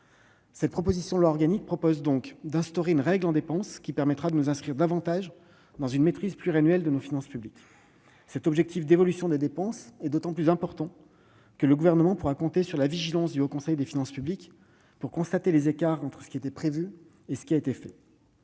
La proposition de loi organique prévoit d'instaurer une règle en matière de dépenses qui nous permettra de nous inscrire encore davantage dans une maîtrise pluriannuelle de nos finances publiques. Cet objectif d'évolution des dépenses est d'autant plus important que le Gouvernement pourra compter sur la vigilance du Haut Conseil des finances publiques (HCFP) pour détecter les écarts entre ce qui était prévu et ce qui a été fait.